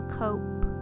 cope